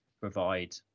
provide